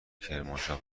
کرمانشاه